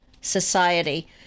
society